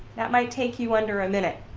that might take you under a minute.